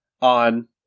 on